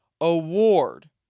Award